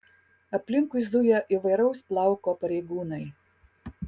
aplinkui zuja įvairaus plauko pareigūnai